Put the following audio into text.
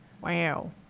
Wow